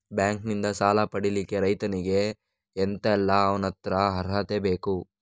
Bank ನಿಂದ ಸಾಲ ಪಡಿಲಿಕ್ಕೆ ರೈತನಿಗೆ ಎಂತ ಎಲ್ಲಾ ಅವನತ್ರ ಅರ್ಹತೆ ಬೇಕು?